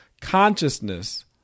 consciousness